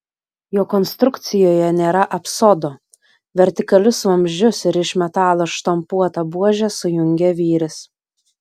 jo konstrukcijoje nėra apsodo vertikalius vamzdžius ir iš metalo štampuotą buožę sujungia vyris